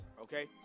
okay